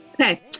Okay